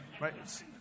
right